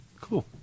cool